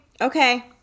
Okay